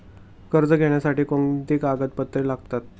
कर्ज घेण्यासाठी कोणती कागदपत्रे लागतात?